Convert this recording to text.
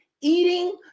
eating